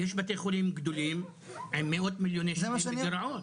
יש בתי חולים גדולים עם מאות מיליוני שקלים של גירעון.